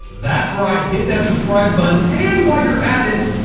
that's right, hit that subscribe button and while you're at it,